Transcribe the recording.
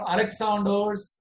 Alexander's